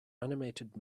animated